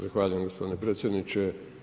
Zahvaljujem gospodine predsjedniče.